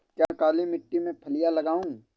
क्या मैं काली मिट्टी में फलियां लगाऊँ?